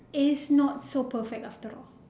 is not so perfect after all